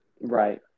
Right